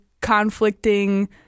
conflicting